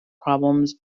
problems